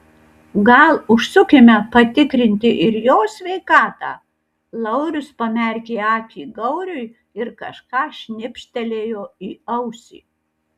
gal užsukime patikrinti ir jo sveikatą laurius pamerkė akį gauriui ir kažką šnibžtelėjo į ausį